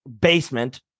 basement